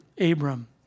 Abram